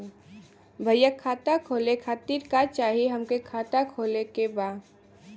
भईया खाता खोले खातिर का चाही हमके खाता खोले के बा?